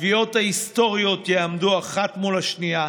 התביעות ההיסטוריות יעמדו אחת מול השנייה,